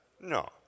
No